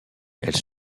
elle